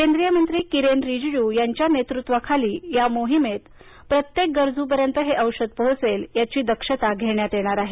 केंद्रीय मंत्री किरेन रीजीजू यांच्या नेतृत्वाखाली या मोहिमेत प्रत्येक गरजूपर्यंत ही औषध पोहोचतील याची दक्षता घेण्यात येणार आहे